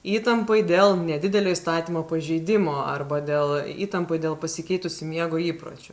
įtampai dėl nedidelio įstatymo pažeidimo arba dėl įtampai dėl pasikeitusių miego įpročių